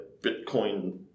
bitcoin